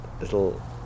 little